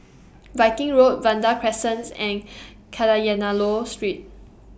Viking Road Vanda Crescents and Kadayanallur Street